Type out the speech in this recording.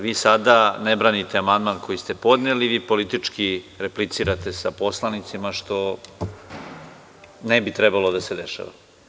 Vi sada ne branite amandman koji ste podneli, već vi politički replicirate sa poslanicima, što ne bi trebalo da se dešava.